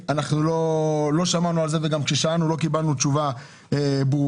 כי הם לא עשו את הצבא ולא את ההכשרה